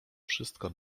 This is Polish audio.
wszystko